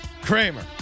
Kramer